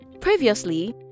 Previously